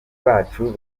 bacu